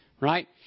right